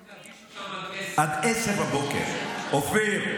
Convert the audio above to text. צריך להגיש אותן עד 10:00. עד 10:00. אופיר,